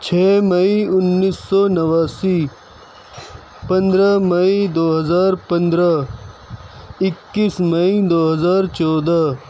چھ مئی انیس سو نواسی پندرہ مئی دو ہزار پندرہ اکیس مئی دو ہزار چودہ